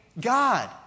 God